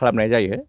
खालामनाय जायो